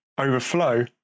overflow